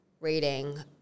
rating